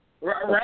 right